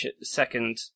second